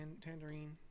Tangerine